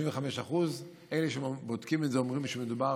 55%. אלה שבודקים את זה אומרים שמדובר